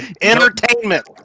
Entertainment